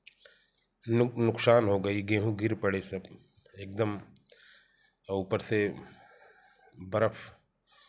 नु नुकसान हो गई गेहूँ गिर पड़े सब एकदम ऊपर से बर्फ़